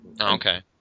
okay